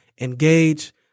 engage